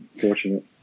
fortunate